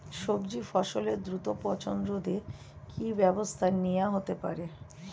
সবজি ফসলের দ্রুত পচন রোধে কি ব্যবস্থা নেয়া হতে পারে?